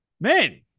man